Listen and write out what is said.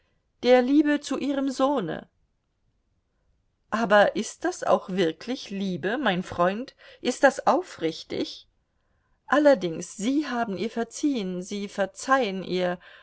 der liebe zu ihrem sohne aber ist das auch wirklich liebe mein freund ist das aufrichtig allerdings sie haben ihr verziehen sie verzeihen ihr